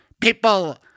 People